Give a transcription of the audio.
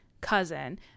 cousin